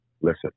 listen